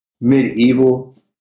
medieval